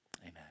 Amen